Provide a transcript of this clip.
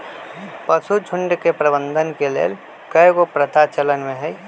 पशुझुण्ड के प्रबंधन के लेल कएगो प्रथा चलन में हइ